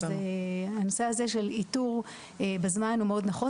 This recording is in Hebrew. אז הנושא הזה של איתור בזמן הוא מאוד נכון.